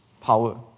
power